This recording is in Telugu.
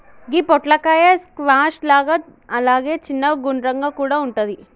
గి పొట్లకాయ స్క్వాష్ లాగా అలాగే చిన్నగ గుండ్రంగా కూడా వుంటది